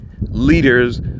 leaders